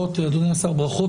ברכות